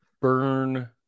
burn